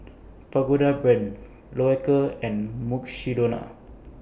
Pagoda Brand Loacker and Mukshidonna